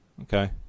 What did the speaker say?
okay